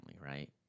right